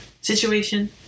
situation